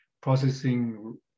processing